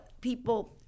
people